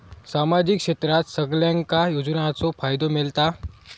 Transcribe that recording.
सामाजिक क्षेत्रात सगल्यांका योजनाचो फायदो मेलता?